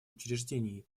учреждений